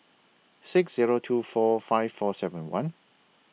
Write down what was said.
six Zero two four five four seven one